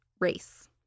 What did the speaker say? race